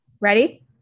ready